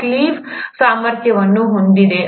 Clive ಸಾಮರ್ಥ್ಯವನ್ನು ಹೊಂದಿದೆ